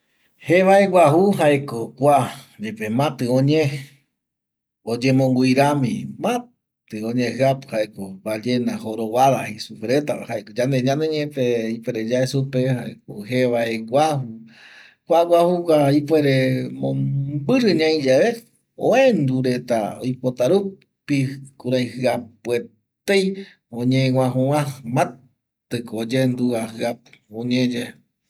Jevae guaju jaeko kua yepe mati oñe oyemongui rami mati oñe jiapu jaeko ballena jorovada jei supe retava yande ñaneñepe ipuere yae supe jaeko jevae guaju kuaguajugua ipuere mombiri ñaiyae oendu reta oipota rupi kurai jiapuetei oñeguajugua matiko oyendugua jiapu oñeyae